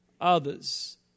others